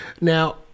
Now